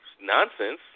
nonsense